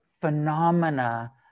phenomena